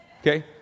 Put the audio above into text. Okay